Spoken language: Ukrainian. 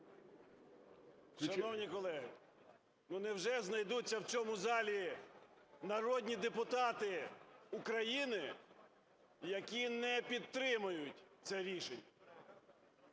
Шановні колеги, ну, невже знайдуться в цьому залі народні депутати України, які не підтримують це рішення?